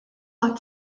għat